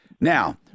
Now